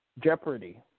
Jeopardy